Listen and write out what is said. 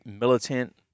militant